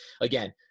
again